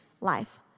life